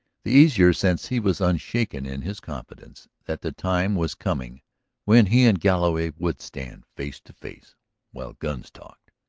the easier since he was unshaken in his confidence that the time was coming when he and galloway would stand face to face while guns talked.